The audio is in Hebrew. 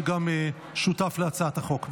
שגם שותף להצעת החוק.